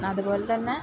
അതുപോലെതന്നെ